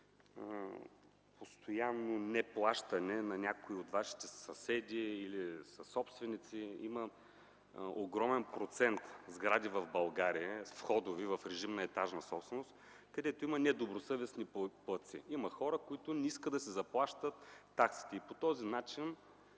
постоянно неплащане на някои от вашите съседи или съсобственици. Има огромен процент сгради в България с входове в режим на етажна собственост, където има недобросъвестни платци. Има хора, които не искат да си заплащат таксите, и по този начин